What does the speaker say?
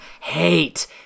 Hate